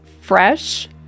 fresh